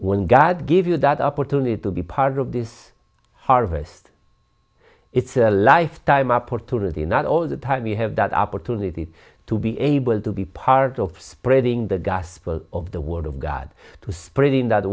when god gave you that opportunity to be part of this harvest it's a lifetime opportunity not all the time you have that opportunity to be able to be part of spreading the gospel of the word of god to spreading th